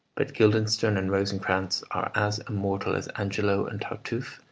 but guildenstern and rosencrantz are as immortal as angelo and tartuffe,